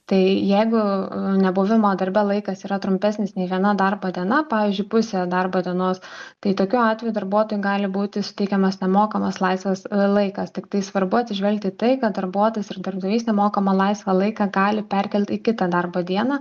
tai jeigu nebuvimo darbe laikas yra trumpesnis nei viena darbo diena pavyzdžiui pusė darbo dienos tai tokiu atveju darbuotojui gali būti suteikiamas nemokamas laisvas laikas tiktai svarbu atsižvelgt į tai kad darbuotojas ir darbdavys nemokamą laisvą laiką gali perkelt į kitą darbo dieną